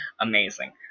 Amazing